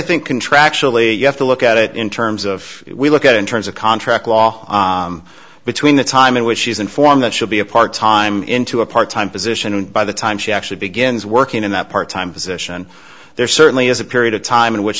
think contractually you have to look at it in terms of we look at in terms of contract law between the time in which she's informed that should be a part time into a part time position and by the time she actually begins working in that part time position there certainly is a period of time in which